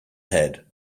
head